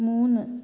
മൂന്ന്